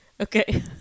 Okay